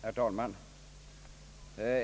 Herr talman!